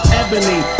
ebony